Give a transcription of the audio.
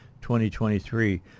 2023